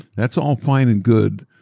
that's all fine and good,